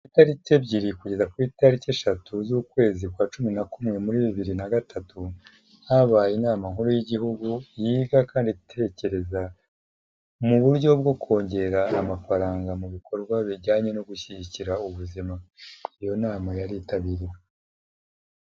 Itariki ebyiri kugeza ku itariki eshatu z'ukwezi kwa cumi na kumwe, muri bibiri na gatatu, habaye inama nkuru y'igihugu yiga kandi itekereza mu buryo bwo kongera amafaranga mu bikorwa bijyanye no gushyigikira ubuzima, iyo nama yaritabiriwe.